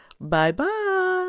Bye-bye